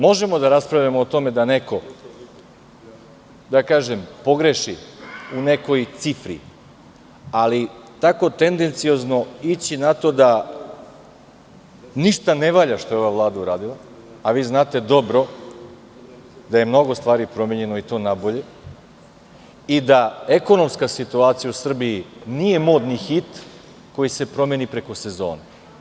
Možemo da raspravljamo o tome da neko pogreši u nekoj cifri, ali tako tendenciozno ići na to da ništa ne valja što je ova Vlada uradila, a vi dobro znate da je mnogo stvari promenjeno, i to na bolje, i da ekonomska situacija u Srbiji nije modni hit koji se promeni preko sezone.